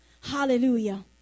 Hallelujah